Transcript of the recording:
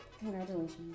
Congratulations